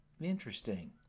Interesting